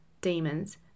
demons